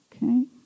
Okay